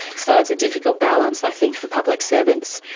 so it's a difficult balance i think for public servants.